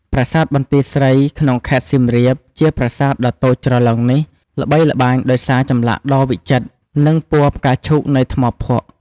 ប្រាសាទបន្ទាយស្រី ក្នុងខេត្តសៀមរាប ជាប្រាសាទដ៏តូចច្រឡឹងនេះ ល្បីល្បាញដោយសារចម្លាក់ដ៏វិចិត្រ និងពណ៌ផ្កាឈូកនៃថ្មភក់។